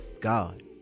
god